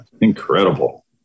Incredible